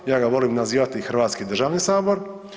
Ja ga volim nazivati i Hrvatski državni sabor.